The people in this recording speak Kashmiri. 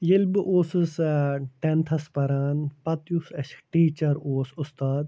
ییٚلہِ بہٕ اوسُس ٲں ٹیٚنتھَس پران پَتہٕ یُس اسہِ ٹیٖچَر اوس اُستاد